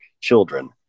children